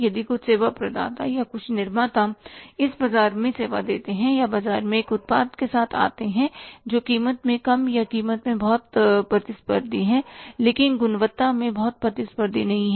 यदि कुछ सेवा प्रदाता या कुछ निर्माता इस बाजार में सेवा देते हैं या बाजार में एक उत्पाद के साथ आते हैं जो कीमत में कम या कीमत में बहुत प्रतिस्पर्धी है लेकिन गुणवत्ता में बहुत प्रतिस्पर्धी नहीं है